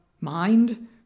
mind